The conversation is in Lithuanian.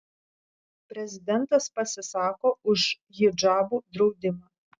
prezidentas pasisako už hidžabų draudimą